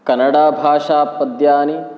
कन्नडाभाषापद्यानि